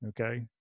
okay